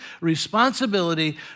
responsibility